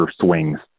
swings